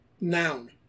Noun